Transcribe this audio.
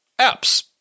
apps